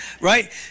right